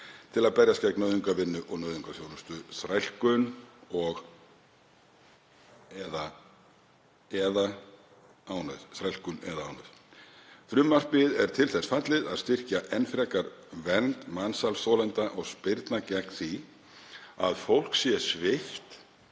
til að berjast gegn nauðungarvinnu og nauðungarþjónustu, þrælkun eða ánauð. Frumvarpið er til þess fallið að styrkja enn frekar vernd mansalsþolenda og spyrna gegn því að fólk sé svipt